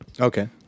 Okay